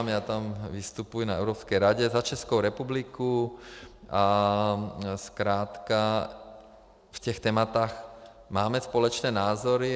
Já tam vystupuji na Evropské radě za Českou republiku a zkrátka v těch tématech máme společné názory.